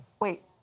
Wait